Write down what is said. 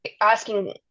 asking